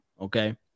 Okay